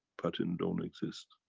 patent don't exist.